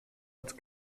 als